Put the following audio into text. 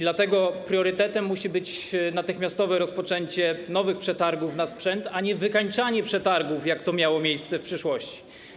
Dlatego priorytetem musi być natychmiastowe rozpoczęcie nowych przetargów na sprzęt, a nie wykańczanie przetargów, jak to miało miejsce w przeszłości.